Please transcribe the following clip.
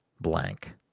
blank